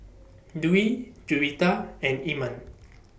Dwi Juwita and Iman